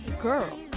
girl